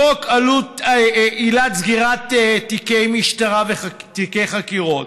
חוק עילת סגירת תיקי משטרה ותיקי חקירות,